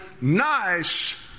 nice